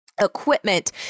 equipment